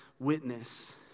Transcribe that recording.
Witness